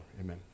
Amen